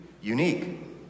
unique